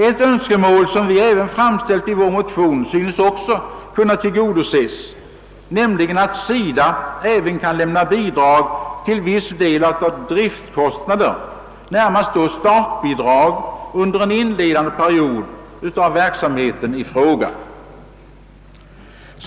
Ett annat önskemål som vi framställt i vår motion synes också kunna tillgodoses, nämligen att SIDA lämnar bidrag till viss del av driftkostnaderna, närmast då startbidrag under en inledande period av verksamheten i fråga.